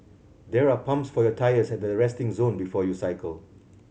there are pumps for your tyres at the resting zone before you cycle